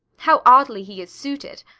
how oddly he is suited!